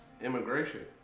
immigration